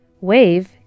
Wave